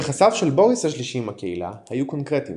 יחסיו של בוריס השלישי עם הקהילה היו קורקטיים.